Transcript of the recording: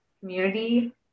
community